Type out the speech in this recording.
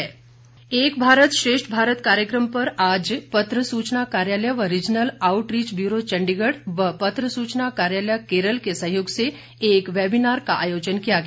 एक भारत श्रेष्ठ भारत एक भारत श्रेष्ठ भारत कार्यक्रम पर आज पत्र सुचना कार्यालय व रीजनल आउटरीच ब्यूरो चण्डीगढ़ और पत्र सुचना कार्यालय केरल के सहयोग से एक वैबिनार का आयोजन किया गया